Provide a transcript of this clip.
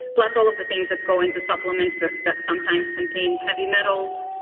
plus all of the things that go into supplements that that sometimes contain heavy metals.